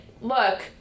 look